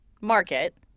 market